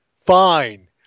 fine